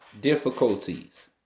difficulties